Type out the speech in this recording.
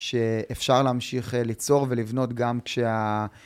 ש...אפשר להמשיך ליצור ולבנות גם כשה...